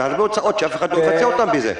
זה הרבה הוצאות שאף אחד לא מפצה אותם בזה.